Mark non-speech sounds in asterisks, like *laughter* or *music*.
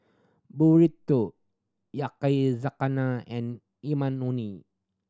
Burrito Yakizakana and *unintelligible*